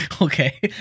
Okay